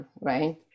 right